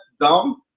dumb